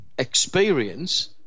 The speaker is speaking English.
experience